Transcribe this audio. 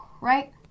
Right